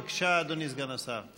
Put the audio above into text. בבקשה, אדוני סגן השר.